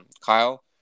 Kyle